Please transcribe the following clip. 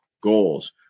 goals